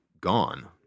gone